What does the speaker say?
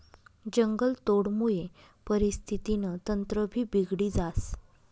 जंगलतोडमुये परिस्थितीनं तंत्रभी बिगडी जास